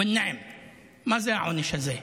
(אומר בערבית: באמת?) מה זה העונש הזה?